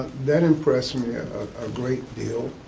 that impressed and a great deal,